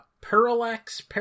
Parallax